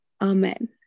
Amen